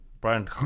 Brian